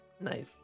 nice